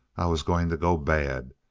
i was going to go bad.